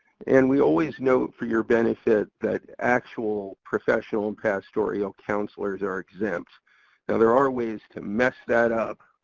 and we always note for your benefit that actual professional and pastoral counselors are exempt. now there are ways to mess that up.